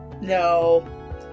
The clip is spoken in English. No